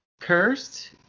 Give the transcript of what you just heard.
cursed